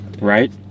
right